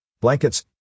Blankets